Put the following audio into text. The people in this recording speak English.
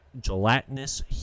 gelatinous